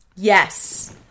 Yes